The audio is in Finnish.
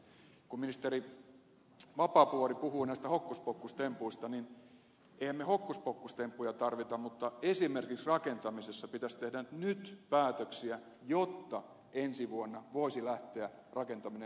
kun ministeri vapaavuori puhuu näistä hokkuspokkustempuista niin emmehän me hokkuspokkustemppuja tarvitse mutta esimerkiksi rakentamisessa pitäisi tehdä nyt päätöksiä jotta ensi vuonna voisi lähteä rakentaminen liikkeelle